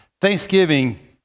Thanksgiving